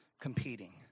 competing